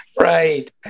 right